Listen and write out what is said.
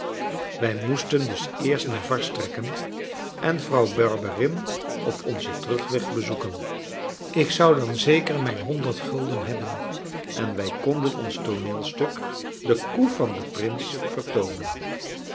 we moesten dus eerst naar varses trekken en vrouw barberin op onzen terugweg bezoeken ik zou dan zeker mijn honderd gulden hebben en wij konden ons tooneelstuk de koe van den prins vertoonen